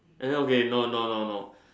eh okay no no no no